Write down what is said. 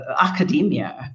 academia